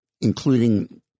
including